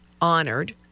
honored